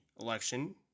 election